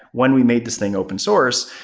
one, we made this thing open source.